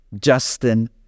Justin